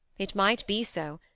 it might be so,